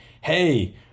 hey